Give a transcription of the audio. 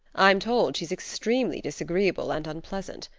i'm told she's extremely disagreeable and unpleasant.